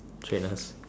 traders